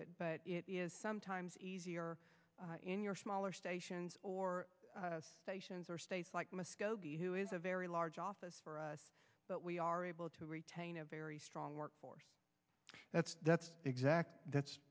it but it is sometimes easier in your smaller stations or stations or states like muskogee who is a very large office for us but we are able to retain a very strong workforce that's exactly that's